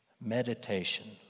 Meditation